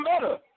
better